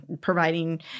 providing